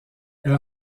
elle